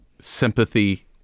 sympathy